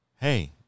hey